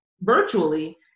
virtually